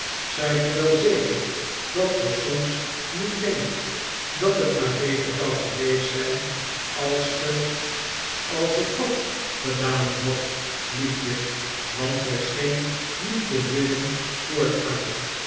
zijt ge wel zeker dat ge soms niet denkt dat het maar beter zou geweest zijn als ge als ik wat gedaan had liefje want zij scheen niet te willen voortgaan